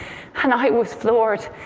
and i was floored,